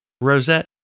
Rosette